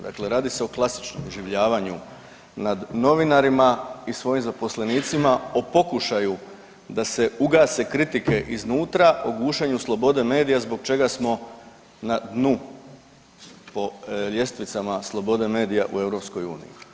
Dakle, radi se o klasičnom iživljavanju nad novinarima i svojim zaposlenicima o pokušaju da se ugase kritike iznutra o gušenju slobode medija zbog čega smo na dnu po ljestvicama slobode medija u EU.